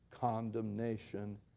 condemnation